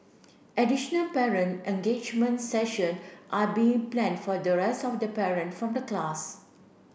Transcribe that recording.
additional parent engagement session are being planned for the rest of the parent from the class